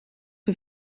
een